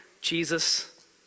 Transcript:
Jesus